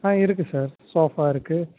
ஆ இருக்கு sir sofa இருக்கு